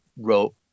wrote